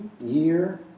year